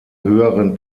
höheren